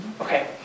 Okay